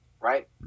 right